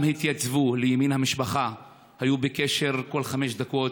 כולם התייצבו לימין המשפחה, היו בקשר כל חמש דקות,